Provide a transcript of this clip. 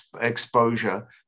exposure